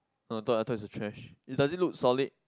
oh I thought I thought is a trash it does it look solid